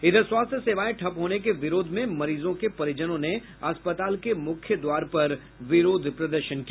इधर स्वास्थ्य सेवाएं ठप होने के विरोध में मरीजों के परिजनों ने अस्पताल के मुख्य द्वार पर विरोध प्रदर्शन किया